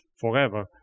forever